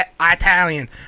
Italian